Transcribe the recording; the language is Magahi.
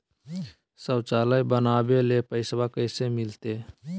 शौचालय बनावे ले पैसबा कैसे मिलते?